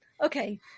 Okay